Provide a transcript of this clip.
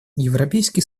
европейский